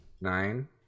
Nine